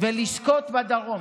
ולזכות בדרום,